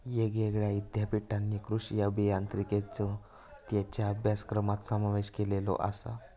येगयेगळ्या ईद्यापीठांनी कृषी अभियांत्रिकेचो त्येंच्या अभ्यासक्रमात समावेश केलेलो आसा